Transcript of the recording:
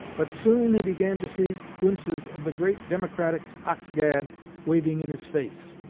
but soon he began to see glimpses of the great democratic ox-gad waving in his face,